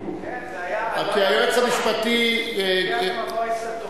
כן, זה הגיע למבוי סתום.